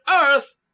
earth